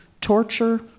torture